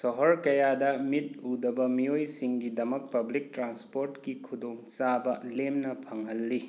ꯁꯣꯍꯔ ꯀꯌꯥꯗ ꯃꯤꯠ ꯎꯗꯕ ꯃꯤꯑꯣꯏ ꯁꯤꯡꯒꯤꯗꯃꯛ ꯄꯥꯕ꯭ꯂꯤꯛ ꯇ꯭ꯔꯥꯟꯁꯄꯣꯠꯀꯤ ꯈꯨꯗꯣꯡ ꯆꯥꯕ ꯂꯦꯝꯅ ꯐꯪꯍꯜꯂꯤ